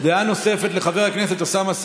דעה נוספת לחבר הכנסת אוסאמה סעדי,